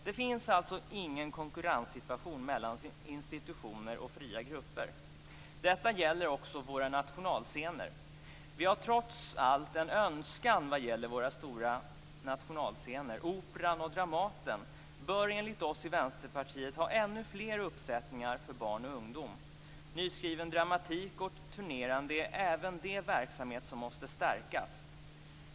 Det finns alltså ingen konkurrenssituation mellan institutioner och fria grupper. Detta gäller också våra nationalscener. Vi har trots allt en önskan vad gäller våra stora nationalscener. Operan och Dramaten bör enligt oss i Vänsterpartiet ha ännu fler uppsättningar för barn och ungdom. Nyskriven dramatik och turnerande är även det verksamhet som måste stärkas.